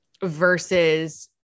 versus